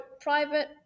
private